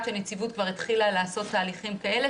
שהנציבות כבר התחילה לעשות תהליכים כאלה,